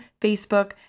Facebook